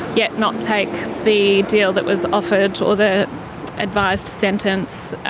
yet not take the deal that was offered or the advised sentence.